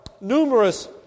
numerous